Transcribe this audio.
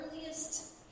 earliest